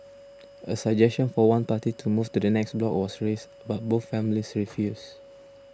a suggestion for one party to move to the next block was raised but both families refused